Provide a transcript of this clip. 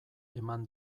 eman